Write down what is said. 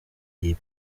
iyi